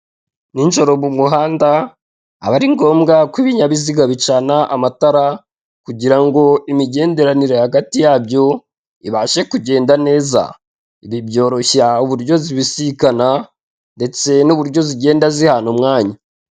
Ninjoro mu muhanda aba ari ngombwa ko ibinyabiziga bicana amatara kugira ngo imigenderanire hagati yabyo ibashe kugende neza, ibi byoroshya uburyo zibisikana ndetse n'uburyo zigenda zihana umwanya.